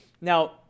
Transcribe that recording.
Now